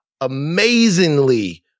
amazingly